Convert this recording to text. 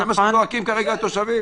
זה מה שזועקים כרגע התושבים.